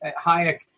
Hayek